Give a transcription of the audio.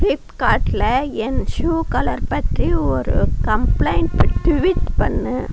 ஃப்ளிப்கார்ட்டில் என் shoe colour பற்றி ஒரு கம்ப்ளைண்டை ட்வீட் பண்ணு